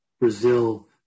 Brazil